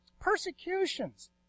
persecutions